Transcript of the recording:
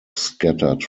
scattered